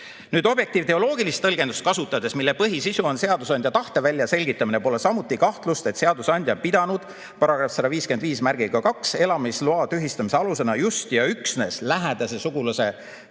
Objektiiv-teleoloogilist tõlgendust kasutades, mille põhisisu on seadusandja tahte väljaselgitamine, pole samuti kahtlust, et seadusandja on pidanud § 1552elamisloa tühistamise aluseks just ja üksnes lähedase sugulase tegevust